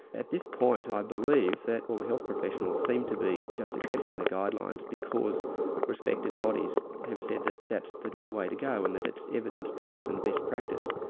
at this point, i believe that all the health professionals seem to be just accepting the guidelines because respected bodies have said that that's the new way to go, and that it's evidence-based and best practice.